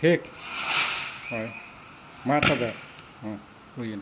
ᱴᱷᱤᱠ ᱦᱳᱭ ᱢᱟ ᱛᱚᱵᱮ ᱦᱮᱸ ᱦᱩᱭᱮᱱᱟ